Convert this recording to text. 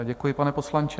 Děkuji, pane poslanče.